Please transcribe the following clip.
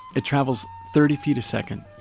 it travels thirty feet a second